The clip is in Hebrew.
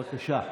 בבקשה.